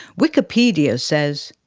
wikipedia says,